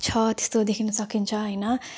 छ त्यस्तो देखिन सकिन्छ होइन